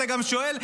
אתה גם שואל,